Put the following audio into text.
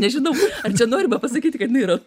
nežinau ar čia norima pasakyti kad jinai yra